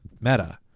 meta